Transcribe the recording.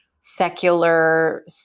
secular